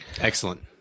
Excellent